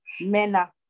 Mena